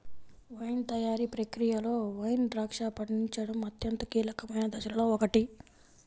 wine తయారీ ప్రక్రియలో wine ద్రాక్ష పండించడం అత్యంత కీలకమైన దశలలో ఒకటి